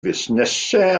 fusnesau